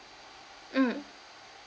mm